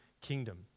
kingdom